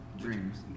dreams